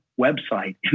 website